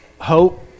hope